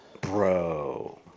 Bro